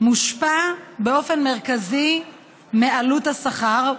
מושפע באופן מרכזי מעלות השכר,